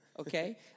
Okay